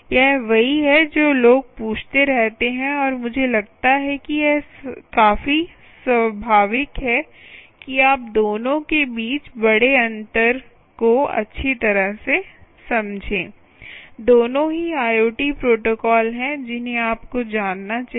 यह वही है जो लोग पूछते रहते हैं और मुझे लगता है कि यह काफी स्वाभाविक है कि आप दोनों के बीच बड़े अंतर को अच्छी तरह से समझें दोनों ही IoT प्रोटोकॉल हैं जिन्हें आपको जानना चाहिए